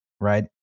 right